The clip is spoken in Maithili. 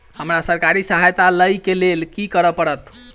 हमरा सरकारी सहायता लई केँ लेल की करऽ पड़त?